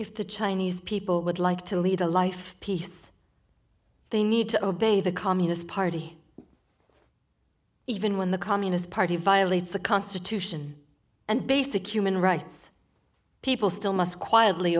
if the chinese people would like to lead a life peace they need to obey the communist party even when the communist party violates the constitution and basic human rights people still must quietly